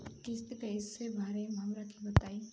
किस्त कइसे भरेम हमरा के बताई?